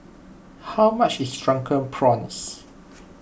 how much is Drunken Prawns